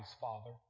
father